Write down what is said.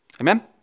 Amen